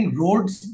roads